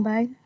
Bye